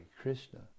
Krishna